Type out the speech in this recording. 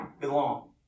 belong